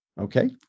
Okay